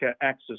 access